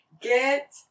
Get